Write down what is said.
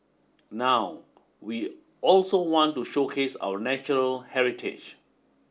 now we also want to showcase our natural heritage